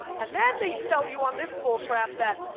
and then they sell you on this bullcrap that,